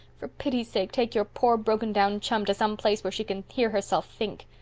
for pity's sake take your poor, broken-down chum to some place where she can hear herself think.